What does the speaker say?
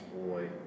boy